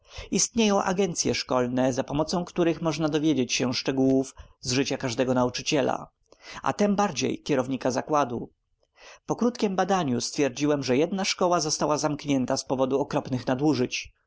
istnieją agencye szkolne za pomocą których można dowiedzieć się szczegółów z życia każdego nauczyciela a tembardziej kierownika zakładu po krótkiem badaniu stwierdziłem że jedna szkoła została zamknięta z powodu okropnych nadużyć